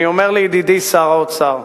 אני אומר לידידי שר האוצר: